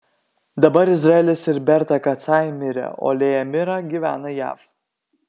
dabar izraelis ir berta kacai mirę o lėja mira gyvena jav